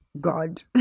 God